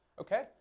Okay